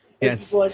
Yes